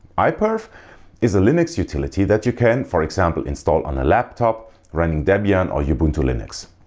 iperf is a linux utility that you can for example install on a laptop running debian or ubuntu linux.